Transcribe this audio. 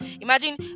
imagine